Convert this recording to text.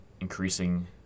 increasing